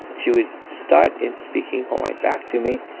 she would start in speaking hawaiian back to me,